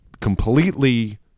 completely